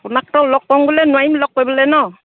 আপোনাকতো লগ কৰিম বুলিলে নোৱাৰিম লগ কৰিবলৈ ন